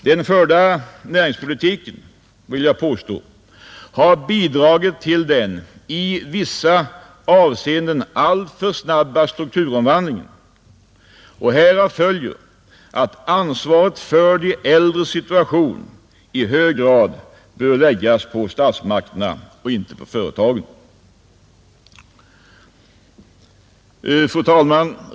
Den förda näringspolitiken, vill jag påstå, har bidragit till den i vissa avseenden alltför snabba strukturom vandlingen, Härav följer att ansvaret för de äldres situation i hög grad bör läggas på statsmakterna och inte på företagen. Fru talman!